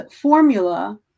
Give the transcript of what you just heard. formula